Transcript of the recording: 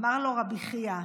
"אמר לו רבי חייא: